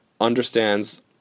understands